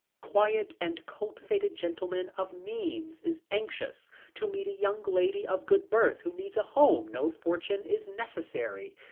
quiet and cultivated gentleman of means is anxious to meet a young lady of good birth, who needs a home. no fortune is necessary.